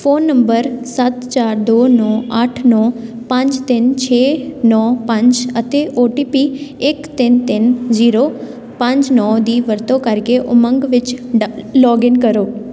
phone number ਸੱਤ ਚਾਰ ਦੋ ਨੌ ਅੱਠ ਨੌ ਪੰਜ ਤਿੰਨ ਛੇ ਨੌ ਪੰਜ ਅਤੇ ਓ ਟੀ ਪੀ ਇੱਕ ਤਿੰਨ ਤਿੰਨ ਜ਼ੀਰੋ ਪੰਜ ਨੌ ਦੀ ਵਰਤੋਂ ਕਰਕੇ ਉਮੰਗ ਵਿੱਚ ਦ ਲੌਗਇਨ ਕਰੋ